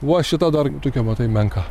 va šita dar tokia matai menka